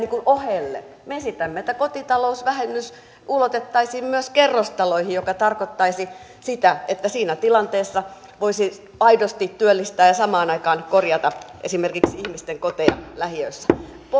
ohelle me esitämme että kotitalousvähennys ulotettaisiin myös kerrostaloihin mikä tarkoittaisi sitä että siinä tilanteessa voisi aidosti työllistää ja samaan aikaan korjata esimerkiksi ihmisten koteja lähiöissä